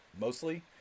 mostly